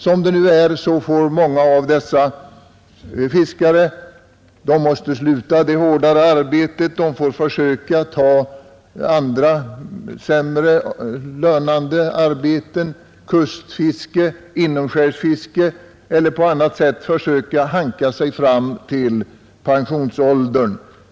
Som det nu är får många av dessa fiskare sluta det hårda arbetet, de får ta andra sämre lönande arbeten, kustfiske, inomskärsfiske, eller på annat sätt försöka hanka sig fram till pensionsåldern.